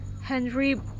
Henry